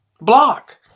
block